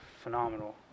phenomenal